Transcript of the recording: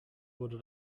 wurde